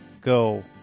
Go